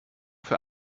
für